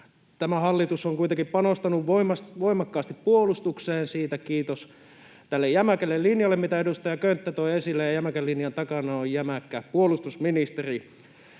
Tämä hallitus on kuitenkin panostanut voimakkaasti puolustukseen. Siitä kiitos tälle jämäkälle linjalle, mitä edustaja Könttä toi esille, ja jämäkän linjan takana on jämäkkä puolustusministeri.